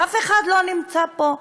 ואף אחד לא נמצא פה.